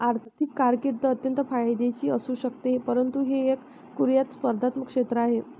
आर्थिक कारकीर्द अत्यंत फायद्याची असू शकते परंतु हे एक कुख्यात स्पर्धात्मक क्षेत्र आहे